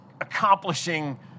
accomplishing